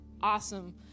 awesome